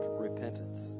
repentance